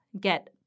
get